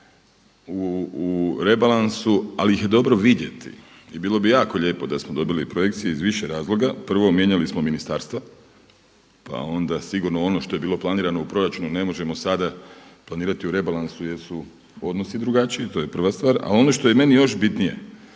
u rebalansu ali ih je dobro vidjeti. I bilo bi jako lijepo da smo dobili projekcije iz više razloga. Prvo mijenjali smo ministarstva pa onda sigurno ono što je bilo planirano u proračunu ne možemo sada planirati u rebalansu jer su odnosi drugačiji, to je prva stvar. A ono što je meni još bitnije